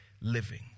living